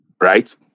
right